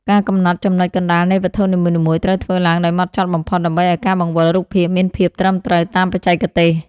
ការកំណត់ចំណុចកណ្តាលនៃវត្ថុនីមួយៗត្រូវធ្វើឡើងដោយហ្មត់ចត់បំផុត ដើម្បីឱ្យការបង្វិលរូបភាពមានភាពត្រឹមត្រូវតាមបច្ចេកទេស។